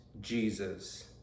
Jesus